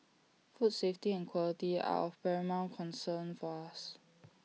food safety and quality are of paramount concern for us